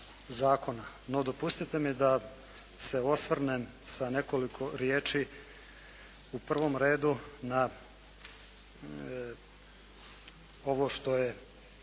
No, dopustite mi da se osvrnem sa nekoliko riječi u prvom redu na ovo što je